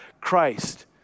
Christ